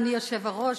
אדוני היושב-ראש,